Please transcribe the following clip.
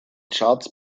charts